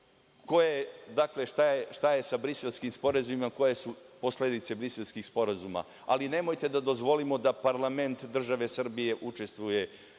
šta je sa Briselskim sporazumima, koje su posledice Briselskih sporazuma, ali nemojte da dozvolimo da parlament države Srbije učestvuje